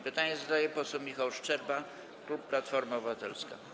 Pytanie zadaje poseł Michał Szczerba, klub Platforma Obywatelska.